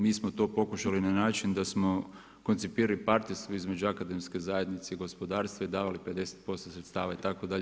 Mi smo to pokušali na način da smo koncipirali partnerstvo između akademske zajednice i gospodarstva i davali 50% sredstava itd.